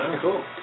Cool